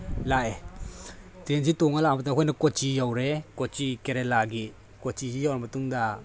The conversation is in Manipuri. ꯂꯥꯛꯑꯦ ꯇ꯭ꯔꯦꯟꯁꯤ ꯇꯣꯡꯉꯒ ꯂꯥꯛꯄꯗ ꯑꯩꯈꯣꯏꯅ ꯀꯣꯆꯤ ꯌꯧꯔꯦ ꯀꯣꯆꯤ ꯀꯦꯔꯦꯂꯥꯒꯤ ꯀꯣꯆꯤꯁꯦ ꯌꯧꯔꯕ ꯃꯇꯨꯡꯗ